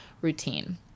routine